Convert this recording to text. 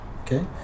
Okay